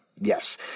Yes